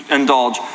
indulge